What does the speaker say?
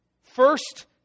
first